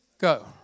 go